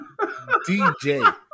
DJ